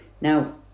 Now